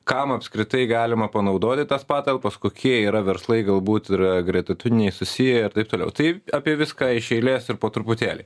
kam apskritai galima panaudoti tas patalpas kokie yra verslai galbūt yra gretutiniai susiję ir taip toliau tai apie viską iš eilės ir po truputėlį